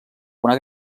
una